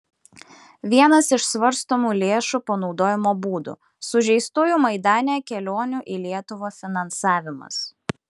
vienas iš svarstomų lėšų panaudojimo būdų sužeistųjų maidane kelionių į lietuvą finansavimas